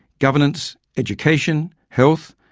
governance, education, health,